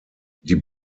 die